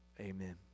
amen